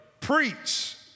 preach